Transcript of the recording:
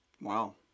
Wow